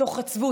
מתוך עצבות,